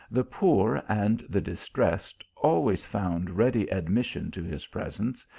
the poor and the distressed always found ready admission to his presence,